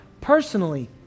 personally